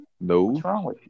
No